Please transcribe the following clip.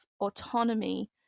autonomy